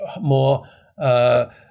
more